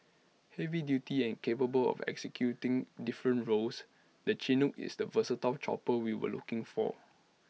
heavy duty and capable of executing different roles the Chinook is the versatile chopper we were looking for